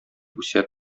үсә